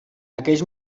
aquells